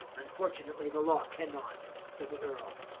unfortunately the law can not, said the earl.